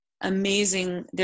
amazing